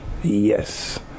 Yes